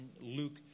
Luke